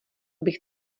bych